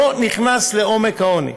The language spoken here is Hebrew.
לא נכנס לעומק העוני.